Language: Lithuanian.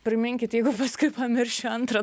priminkit jeigu paskui pamiršiu antrą